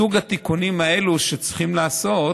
סוג התיקונים שצריך לעשות